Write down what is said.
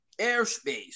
airspace